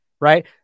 right